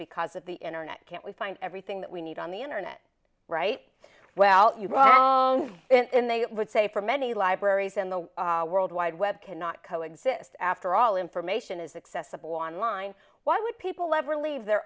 because at the internet can't we find everything that we need on the internet right well and they would say for many libraries in the world wide web cannot co exist after all information is accessible online why would people ever leave their